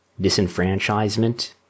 disenfranchisement